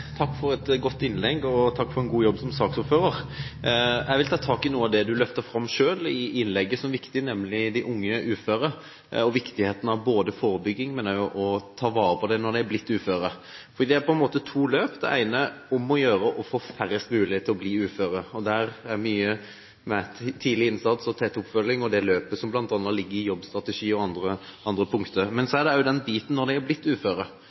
Takk til representanten Brandvik for et godt innlegg og for en god jobb som saksordfører. Jeg vil ta tak i noe av det representanten Brandvik i innlegget selv løfter fram som viktig, nemlig de unge uføre og viktigheten av både forebygging og det å ta vare på dem når de er blitt uføre. For det er på en måte to løp. Det ene er at det er om å gjøre at færrest mulig blir uføre. Der er det tidlig innsats og tett oppfølging og det løpet som bl.a. ligger i jobbstrategi og andre punkter. Men så er det også den biten når de er blitt uføre.